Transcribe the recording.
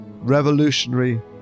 revolutionary